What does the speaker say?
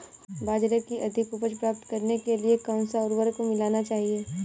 बाजरे की अधिक उपज प्राप्त करने के लिए कौनसा उर्वरक मिलाना चाहिए?